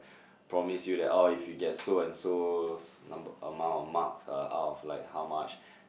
promise you that oh if you get so and so s~ number amount of marks uh out of like how much